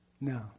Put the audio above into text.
No